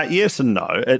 ah yes and no.